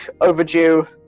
overdue